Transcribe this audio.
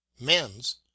mens